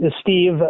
Steve